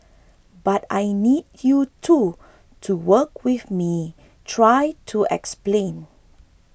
but I need you too to work with me try to explain